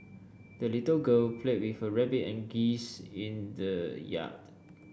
the little girl played with her rabbit and geese in the yard